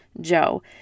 Joe